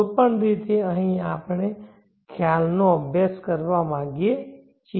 કોઈપણ રીતે અહીં આપણે ખ્યાલનો અભ્યાસ કરવા માંગીએ છીએ